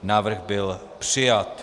Návrh byl přijat.